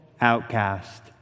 outcast